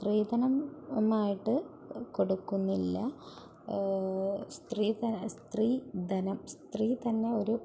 സ്ത്രീധനമായിട്ട് കൊടുക്കുന്നില്ല സ്ത്രീ ധനം സ്ത്രീ തന്നെ ഒരു